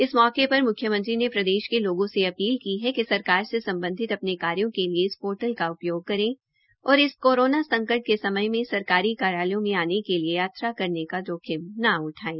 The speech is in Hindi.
इस मौके पर मुख्यमंत्री ने प्रदेश के लोगों से अपील की है कि सरकार से संबंधित अपने कार्यो के लिए इस पोर्टल का उपयोग करें और इस कोरोना संकट के समय में सरकारी कार्यालयों में आने के लिए यात्रा करने का जोखिम न उठाएं